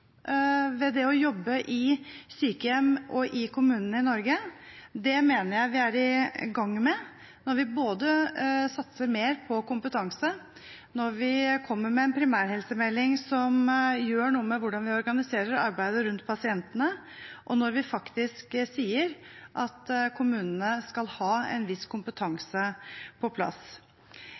ved det å jobbe i sykehjem og i kommunene i Norge. Det mener jeg vi er i gang med når vi satser mer på kompetanse, når vi kommer med en primærhelsemelding som gjør noe med hvordan vi organiserer arbeidet rundt pasientene, og når vi faktisk sier at kommunene skal ha en viss kompetanse på plass.